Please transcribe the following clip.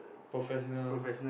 professional